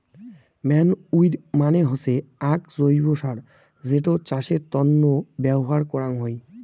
manure মানে হসে আক জৈব্য সার যেটো চাষের তন্ন ব্যবহার করাঙ হই